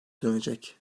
dönecek